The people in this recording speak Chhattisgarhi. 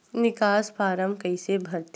निकास फारम कइसे भरथे?